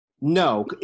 No